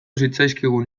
zitzaizkigun